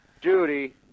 Judy